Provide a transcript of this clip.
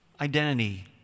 identity